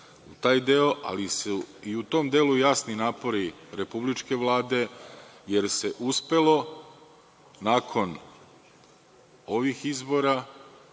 u taj deo, ali su i u tom delu jasni napori republičke Vlade, jer se uspelo nakon ovih izbora